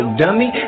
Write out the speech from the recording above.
dummy